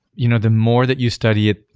you know the more that you study it,